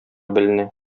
беленә